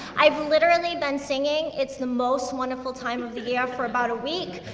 i've literally been singing, it's the most wonderful time of the year for about a week.